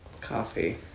Coffee